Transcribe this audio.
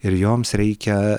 ir joms reikia